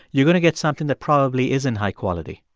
you're going to get something that probably isn't high quality?